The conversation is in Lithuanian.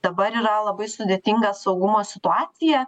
dabar yra labai sudėtinga saugumo situacija